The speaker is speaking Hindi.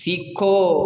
सीखो